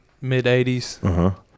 mid-80s